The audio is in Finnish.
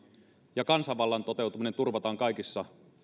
ja kansanvallan toteutuminen turvataan kaikissa